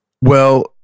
Well-